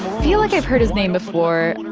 feel like i've heard his name before.